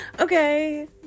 okay